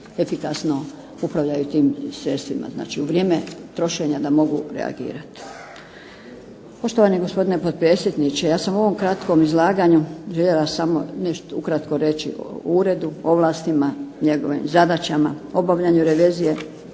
efikasno upravljaju tim sredstvima. Znači, u vrijeme trošenja da mogu reagirati. Poštovani gospodine potpredsjedniče, ja sam u ovom kratkom izlaganju željela samo nešto ukratko reći o uredu, ovlastima, njegovim zadaćama, obavljanju revizije,